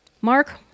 Mark